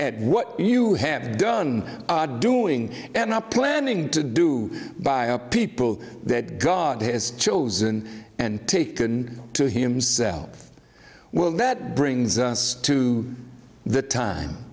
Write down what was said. at what you have done doing and not planning to do by a people that god has chosen and taken to himself well that brings us to the time